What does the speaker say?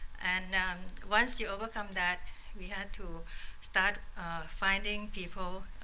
and once you welcome that we had to start finding people,